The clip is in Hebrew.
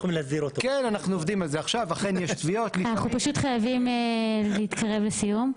אכן יש תביעות --- אנחנו חייבים להתקרב לסיום.